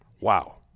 Wow